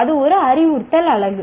அது ஒரு அறிவுறுத்தல் அலகு